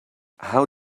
how